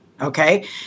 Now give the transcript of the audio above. okay